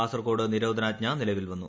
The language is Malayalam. കാസർകോട് നിരോധനാജ്ഞ നിലവിൽ വന്നു